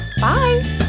Bye